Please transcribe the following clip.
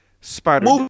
spider